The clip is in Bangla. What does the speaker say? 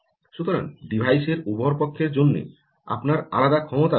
সুতরাং ডিভাইসের উভয় পক্ষের জন্য আপনার আলাদা ক্ষমতা রয়েছে